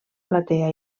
platea